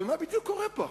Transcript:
אבל מה בדיוק קורה פה עכשיו?